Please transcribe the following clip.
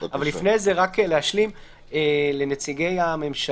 אבל לפני זה רק להשלים לנציג הממשלה,